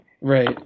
Right